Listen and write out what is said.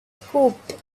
scooped